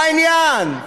מה עניין?